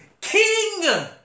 King